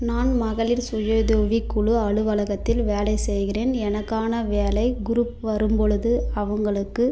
நான் மகளீர் சுய உதவிக்குழு அலுவலகத்தில் வேலை செய்கிறேன் எனக்கான வேலை குரூப் வரும் பொழுது அவங்களுக்கு